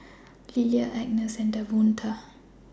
Lilia Agness and Davonta